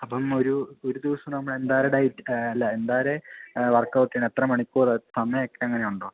അപ്പം ഒരു ഒരു ദിവസം നമ്മൾ എന്തോരം ഡയറ്റ് അല്ല എന്തോരം വർക്ക് ഔട്ടിനെത്ര മണിക്കൂറ് സമയമൊക്കെ അങ്ങനുണ്ടോ